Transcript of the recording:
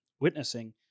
witnessing